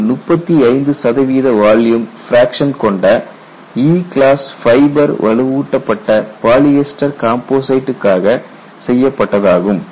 இது 35 சதவீத volume fraction கொண்ட ஈ கிளாஸ் ஃபைபர் வலுவூட்டப்பட்ட பாலியஸ்டர் கம்போசிட்டுக்காக செய்யப்பட்டதாகும்